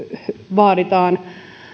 vaaditaan